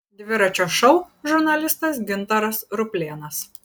dviračio šou žurnalistas gintaras ruplėnas